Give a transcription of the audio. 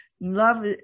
Love